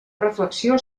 reflexió